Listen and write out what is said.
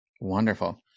Wonderful